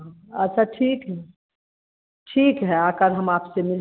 हाँ अच्छा ठीक है ठीक है आकर हम आपसे मिल